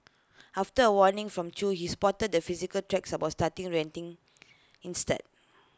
after A warning from chew he stopped the physical tracks about started ranting instead